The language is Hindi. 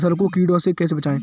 फसल को कीड़ों से कैसे बचाएँ?